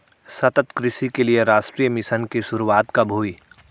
सतत कृषि के लिए राष्ट्रीय मिशन की शुरुआत कब हुई?